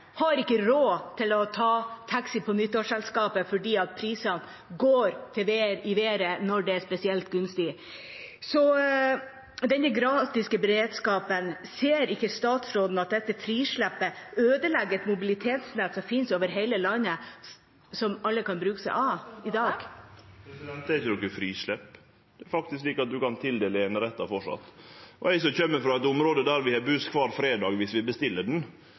har ikke råd til å ta taxi til nyttårsselskapet fordi prisene går i været når det er spesielt gunstig. Med hensyn til den geografiske beredskapen: Ser ikke statsråden at dette frislippet ødelegger et mobilitetsnett som finnes over hele landet, og som alle kan bruke i dag? Det er ikkje noko frislepp, det er faktisk slik at ein framleis kan tildele einerettar. Eg som kjem frå eit område der vi har buss kvar fredag viss vi bestiller